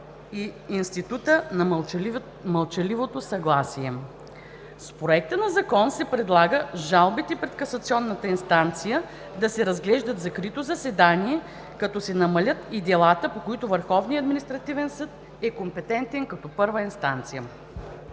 и института на мълчаливото съгласие. С Проекта на закон се предлага жалбите пред касационна инстанция да се разглеждат в закрито заседания, като се намаляват и делата, по които Върховния административен съд е компетентен като първа инстанция.